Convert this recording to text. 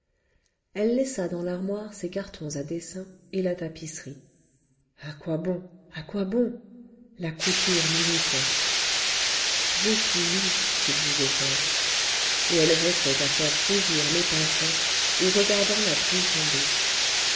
elle laissa dans l'armoire ses cartons à dessin et la tapisserie à quoi bon à quoi bon la couture l'irritait j'ai tout lu se disait-elle et elle restait à faire rougir les pincettes ou regardant la pluie tomber